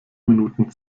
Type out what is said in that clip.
minuten